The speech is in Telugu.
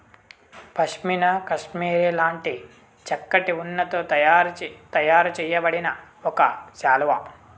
పష్మీనా కష్మెరె లాంటి చక్కటి ఉన్నితో తయారు చేయబడిన ఒక శాలువా